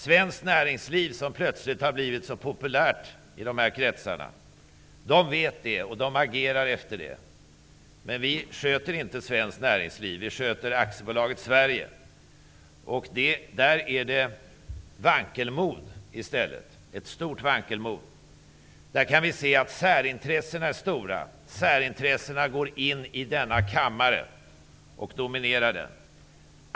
Svenskt näringsliv, som plötsligt har blivit så populärt i dessa kretsar, vet det och agerar efter det. Men vi sköter inte svenskt näringsliv. Vi sköter AB Sverige. Där är det vankelmod i stället, ett stort vankelmod. Vi kan se att särintressena är stora. Särintressena går in i denna kammare och dominerar den.